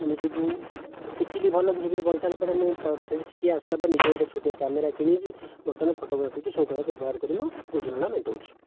ମୁଁ ନିଜକୁ ଶିଖିଲି ଭଲକି ଶିଖିଲି ଭଲ ସାରିଲା ପରେ ମୁଁ ସେ'ଠି ଶିଖି ଆସିଲା ପରେ ନିଜେ ଗୋଟିଏ ଛୋଟିଆ କ୍ୟାମେରା କିଣିକି ବର୍ତ୍ତମାନ ଫଟୋଗ୍ରାଫୀକୁ ସଉକ ଭାବରେ ବ୍ୟବହାର କରି ମୋ' ଗୁଜୁରାଣ ମେଣ୍ଟାଉଛି